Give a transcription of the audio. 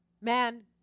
Man